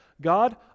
God